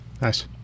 Nice